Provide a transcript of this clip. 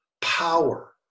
power